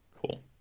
Cool